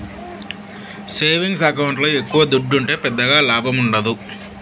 savings ఎకౌంట్ల ఎక్కవ దుడ్డుంటే పెద్దగా లాభముండదు